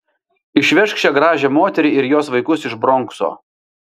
išvežk šią gražią moterį ir jos vaikus iš bronkso